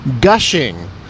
gushing